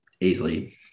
easily